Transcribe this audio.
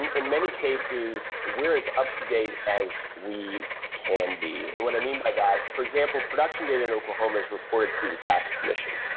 and in many cases, we're as up-to-date as we can be. what i mean by that for example, production data in oklahoma is report to the tax commission.